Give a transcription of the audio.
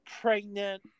pregnant